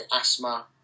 asthma